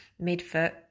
midfoot